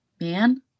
man